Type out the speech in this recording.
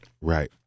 right